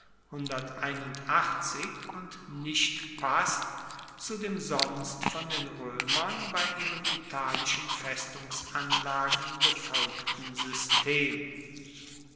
und nicht passt zu dem sonst von den roemern bei ihren italischen festungsanlagen befolgten system